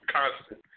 constant